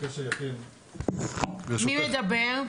מי מדבר?